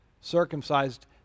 circumcised